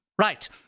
Right